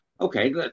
okay